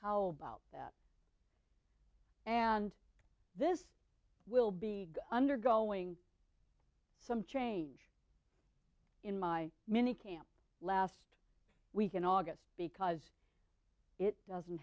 how about that and this will be undergoing some change in my mini camp last week in august because it doesn't